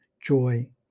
joy